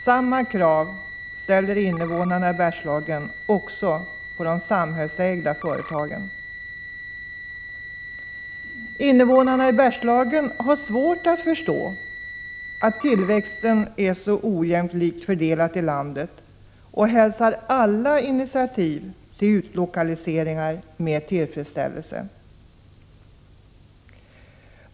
Samma krav ställer invånarna i Bergslagen också på de samhällsägda företagen. Invånarna i Bergslagen har svårt att förstå att tillväxten är så ojämlikt fördelad i landet och hälsar alla initiativ till utlokaliseringar med tillfredsställelse.